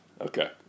Okay